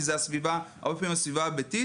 לא רק בישראל.